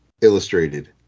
illustrated